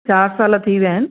चारि साल थी विया आहिनि